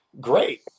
great